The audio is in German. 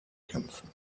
kämpfen